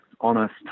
honest